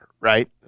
right